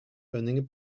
earning